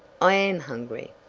i am hungry.